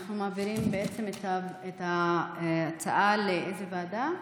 אנחנו מעבירים את ההצעה, לאיזו ועדה?